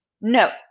No